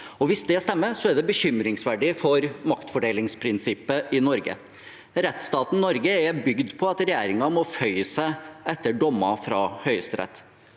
hvis det stemmer, er det bekymringsverdig for maktfordelingsprinsippet i Norge. Rettsstaten Norge er bygd på at regjeringen må føye seg etter dommer fra Høyesterett.